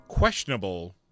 Questionable